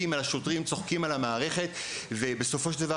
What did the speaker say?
צוחקים על השוטרים ועל המערכת ובסופו של דבר,